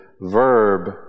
verb